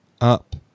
up